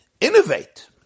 innovate